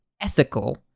ethical